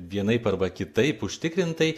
vienaip arba kitaip užtikrintai